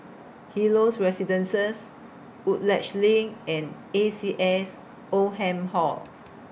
Helios Residences Woodleigh LINK and A C S Oldham Hall